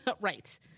Right